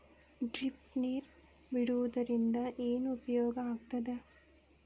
Drip ನೇರ್ ಬಿಡುವುದರಿಂದ ಏನು ಉಪಯೋಗ ಆಗ್ತದ?